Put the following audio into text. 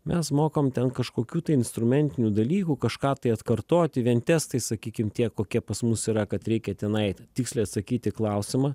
mes mokam ten kažkokių tai instrumentinių dalykų kažką tai atkartoti vien testai sakykim tie kokie pas mus yra kad reikia tenai tiksliai atsakyt į klausimą